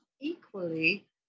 equally